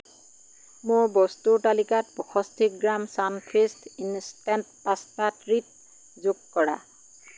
মোৰ বস্তুৰ তালিকাত পঁয়ষষ্ঠি gram Sunfeast instant pasta treat যোগ কৰা